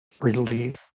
relief